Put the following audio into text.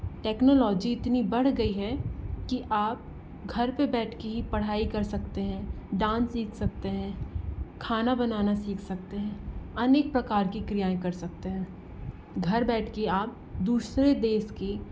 technology इतनी बढ़ गई है कि आप घर पर बैठ के ही पढ़ाई कर सकते हैं डांस सीख सकते हैं खाना बनाना सीख सकते हैं अनेक प्रकार की क्रियाएँ कर सकते हैं घर बैठ के आप दूसरे देश की